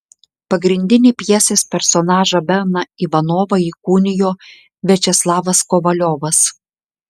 pagrindinį pjesės personažą beną ivanovą įkūnijo viačeslavas kovaliovas